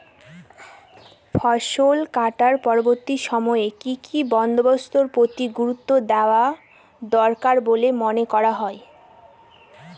ফসলকাটার পরবর্তী সময়ে কি কি বন্দোবস্তের প্রতি গুরুত্ব দেওয়া দরকার বলে মনে হয়?